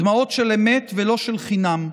דמעות של אמת ולא של חינם.